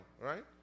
right